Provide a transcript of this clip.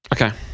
Okay